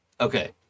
okay